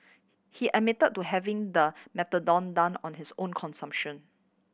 he admitted to having the on his own consumption